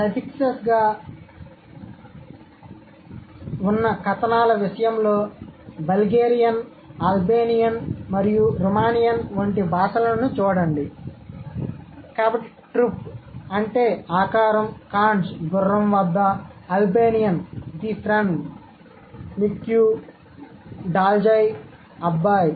suffix గా ఉన్న articles విషయంలో బల్గేరియన్ అల్బేనియన్ మరియు రుమానియన్ వంటి భాషలను చూడండి కాబట్టి ట్రూప్ అంటే ఆకారంకాన్జ్ konj గుర్రంవద్ద అల్బేనియన్ ది ఫ్రెండ్లో మిక్ యు డ్జాల్ ఐdjal i అబ్బాయి